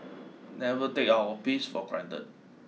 never take our peace for granted